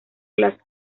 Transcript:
las